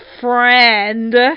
friend